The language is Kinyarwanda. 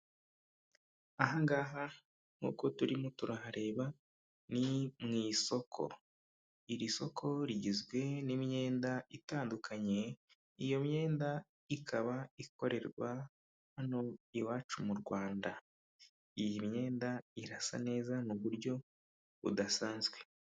Aha ngaha nk'uko turimo turahareba ni mu isoko, iri soko rigizwe n'imyenda itandukanye, iyo myenda ikaba ikorerwa hano iwacu mu Rwanda, iyi myenda irasa neza mu buryo budasanzwe.